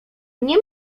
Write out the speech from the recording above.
nie